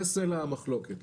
זה סלע המחלוקת.